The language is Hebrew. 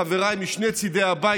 חבריי משני צידי הבית,